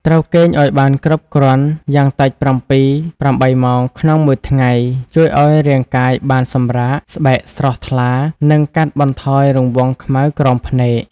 ត្រូវគេងឱ្យបានគ្រប់គ្រាន់យ៉ាងតិច ៧-៨ ម៉ោងក្នុងមួយថ្ងៃ ជួយឱ្យរាងកាយបានសម្រាក ស្បែកស្រស់ថ្លា និងកាត់បន្ថយរង្វង់ខ្មៅក្រោមភ្នែក ។